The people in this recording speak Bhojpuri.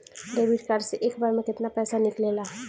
डेबिट कार्ड से एक बार मे केतना पैसा निकले ला?